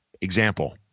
Example